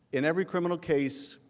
in every criminal case,